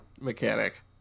mechanic